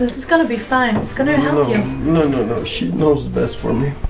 it's gonna be fine. it's gonna help you know no no. she knows best for me